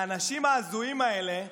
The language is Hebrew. האנשים ההזויים האלה,